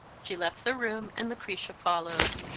she left the room, and lucretia followed.